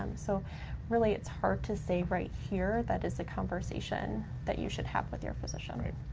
um so really it's hard to say right here, that is a conversation that you should have with your physician. right.